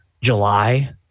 July